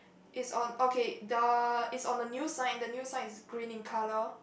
is on okay the is on the new sign and the new sign is green in colour